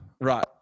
right